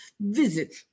Visit